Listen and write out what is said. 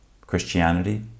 Christianity